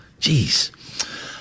jeez